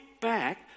back